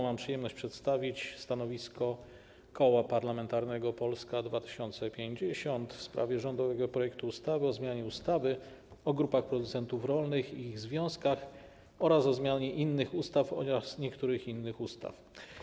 Mam przyjemność przedstawić stanowisko Koła Parlamentarnego Polska 2050 w sprawie rządowego projektu ustawy o zmianie ustawy o grupach producentów rolnych i ich związkach oraz o zmianie innych ustaw oraz niektórych innych ustaw.